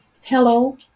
Hello